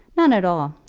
none at all.